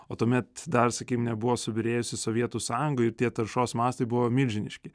o tuomet dar sakykim nebuvo subyrėjusi sovietų sąjunga ir tie taršos mastai buvo milžiniški